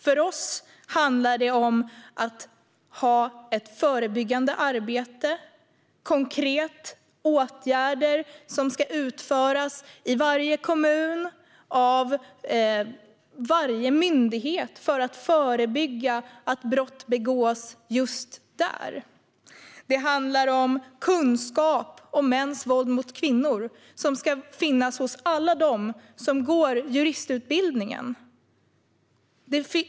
För oss handlar det om att ha ett förebyggande arbete och om konkreta åtgärder som ska utföras i varje kommun och av varje myndighet för att förebygga att brott begås just där. Det handlar om kunskap om mäns våld mot kvinnor, som ska finnas hos alla dem som går juristutbildningen.